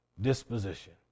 disposition